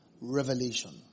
revelation